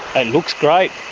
it looks great.